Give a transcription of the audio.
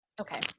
Okay